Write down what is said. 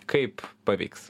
kaip pavyks